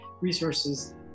resources